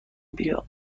بیا